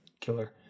Killer